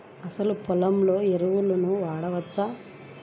అసలు పొలంలో ఎరువులను వాడవచ్చా?